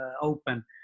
open